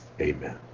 Amen